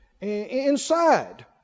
inside